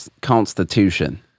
Constitution